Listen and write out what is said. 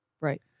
Right